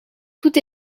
tout